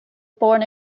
born